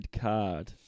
card